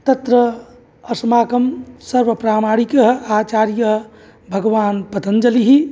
तत्र अस्माकं सर्वप्रामाणिकःआचार्यः भगवान् पतञ्जलिः